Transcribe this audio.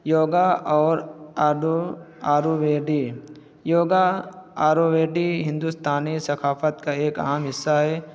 یوگا اور آدو آیروویدی یوگا آیروویدی ہندوستانی ثقافت کا ایک اہم حصہ ہے